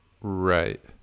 Right